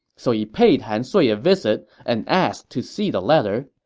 so he paid han sui a visit and asked to see the letter.